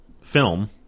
film